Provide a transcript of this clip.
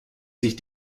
sich